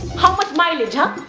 how much mileage, huh?